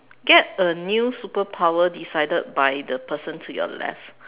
get a new superpower decided by the person to your left